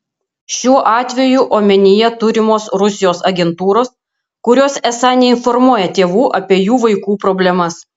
šiuo atveju omenyje turimos rusijos agentūros kurios esą neinformuoja tėvų apie jų vaikų problemas